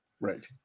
right